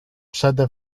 przede